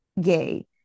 gay